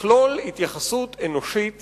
שתכלול התייחסות אנושית